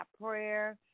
prayer